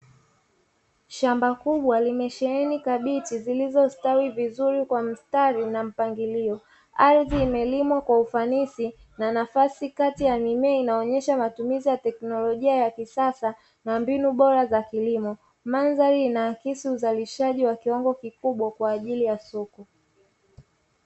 Shamba kubwa limesheheni kabichi zilizostawi vizuri kwa mstari na mpagilio, ardhi imelimwa kwa ufanisi na nafasi kati ya mimea inayoonyesha matumizi ya teknelojia ya kisasa na mbinu bora za kilimo, mandhari ina akisi uzalishaji wa kiwango kikubwa kwa ajili ya soko.